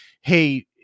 Hey